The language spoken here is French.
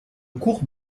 cours